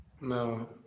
No